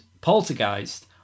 Poltergeist